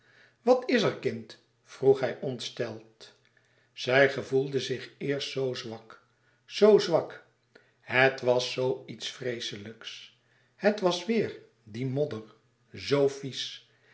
wat is er kind vroeg hij ontsteld zij gevoelde zich eerst zoo zwak z zwak het was zoo iets vreeselijks het was weêr die modder zoo vies